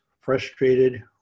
frustrated